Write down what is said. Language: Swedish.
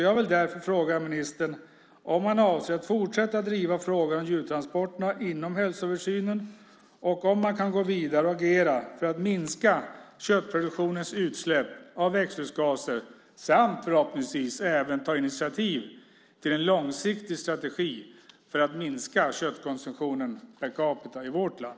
Jag vill därför fråga ministern om han avser att fortsätta driva frågan om djurtransporterna inom hälsoöversynen och om han kan gå vidare och agera för att minska köttproduktionens utsläpp av växthusgaser och förhoppningsvis även ta initiativ till en långsiktig strategi för att minska köttkonsumtionen per capita i vårt land.